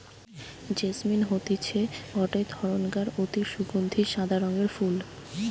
jasmine হতিছে গটে ধরণকার অতি সুগন্ধি সাদা রঙের ফুল